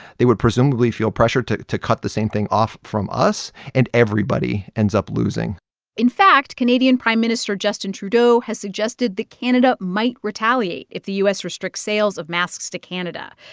they would presumably feel pressured to to cut the same thing off from us, and everybody ends up losing in fact, canadian prime minister justin trudeau has suggested that canada might retaliate if the u s. restricts sales of masks to canada.